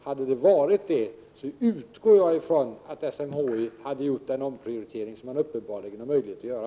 Hade det varit så, utgår jag från att SMHI hade gjort den omprioritering som det uppenbarligen har möjlighet att göra.